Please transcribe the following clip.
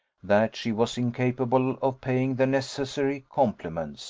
that she was incapable of paying the necessary compliments